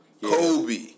Kobe